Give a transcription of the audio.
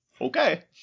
okay